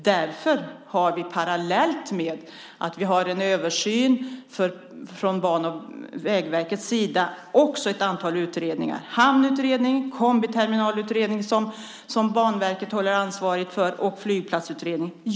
Därför har vi, parallellt med en översyn från Banverkets och Vägverkets sida, också ett antal utredningar: Hamnutredningen, Kombiterminalutredningen, som Banverket är ansvarigt för, och Flygplatsutredningen.